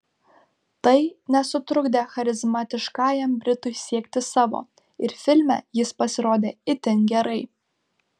tai nesutrukdė charizmatiškajam britui siekti savo ir filme jis pasirodė itin gerai